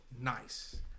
nice